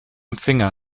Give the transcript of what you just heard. empfänger